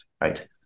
right